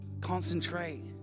Concentrate